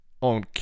On